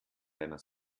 deiner